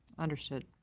understood.